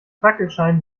fackelschein